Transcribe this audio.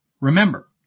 Remember